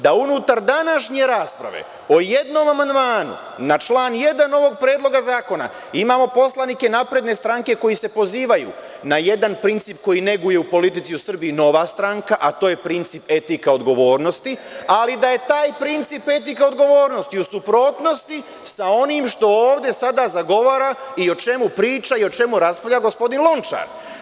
Da unutar današnje rasprave o jednom amandmanu na član 1. ovog Predloga zakona imamo poslanike napredne stranke koji se pozivaju na jedan princip koji neguje u politici u Srbiji Nova stranka, a to je princip - etika odgovornosti, ali da je taj princip etika odgovornosti u suprotnosti sa onim što ovde sada zagovara i o čemu priča i o čemu raspravlja gospodin Lončar.